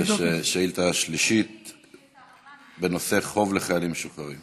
השאילתה השלישית, בנושא: חוב לחיילים משוחררים.